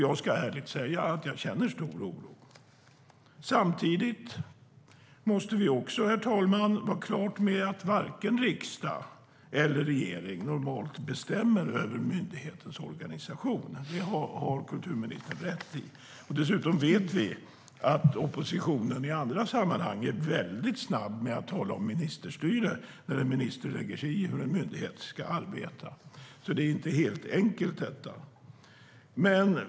Jag ska ärligt säga att jag känner stor oro. Samtidigt måste vi, herr talman, ha klart för oss att varken riksdag eller regering normalt bestämmer över myndigheters organisation. Det har kulturministern rätt i. Dessutom vet vi att oppositionen i andra sammanhang är väldigt snabb med att tala om ministerstyre när en minister lägger sig i hur en myndighet ska arbeta. Det här är inte helt enkelt.